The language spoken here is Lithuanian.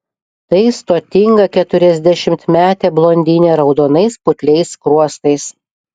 tai stotinga keturiasdešimtmetė blondinė raudonais putliais skruostais